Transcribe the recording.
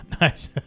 nice